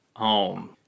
home